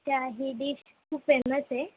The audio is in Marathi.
अच्छा ही डिश खूप फेमस आहे